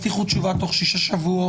לי יש הצעת חוק שהבטיחו תשובה תוך שישה שבועות,